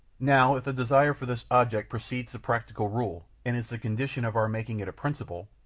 now, if the desire for this object precedes the practical rule and is the condition of our making it a principle,